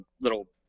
little –